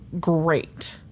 great